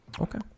Okay